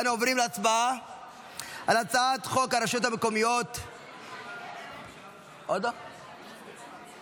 אנו עוברים להצבעה על הצעת חוק הרשויות המקומיות (בחירות) (תיקון,